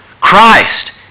Christ